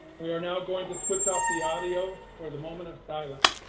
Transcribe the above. we are now going to switch off the audio for the moment of silence.